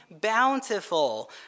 bountiful